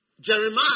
Jeremiah